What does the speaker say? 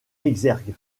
exergue